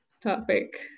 topic